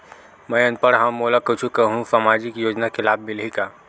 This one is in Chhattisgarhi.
मैं अनपढ़ हाव मोला कुछ कहूं सामाजिक योजना के लाभ मिलही का?